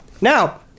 Now